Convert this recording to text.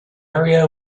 area